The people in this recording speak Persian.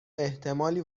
احتمالی